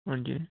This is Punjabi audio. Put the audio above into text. ਹਾਂਜੀ